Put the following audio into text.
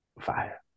Fire